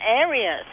areas